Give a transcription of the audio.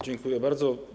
Dziękuję bardzo.